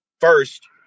first